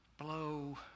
Blow